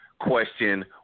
question